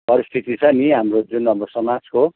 परिस्थिति छ नि हाम्रो जुन अब समाजको